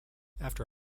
after